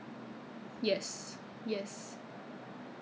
but some of these item I really forgotten what is it for already you know